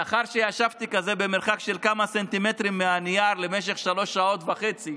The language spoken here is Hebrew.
לאחר שישבתי במרחק של כמה סנטימטרים מהנייר למשך שלוש שעות וחצי,